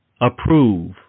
approve